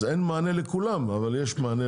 אז אין מענה לכולם אבל יש מענה